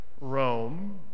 Rome